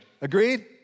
Agreed